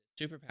superpower